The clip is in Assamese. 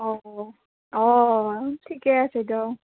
অঁ অঁ অঁ ঠিকে আছে দিয়ক